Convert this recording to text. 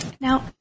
Now